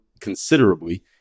considerably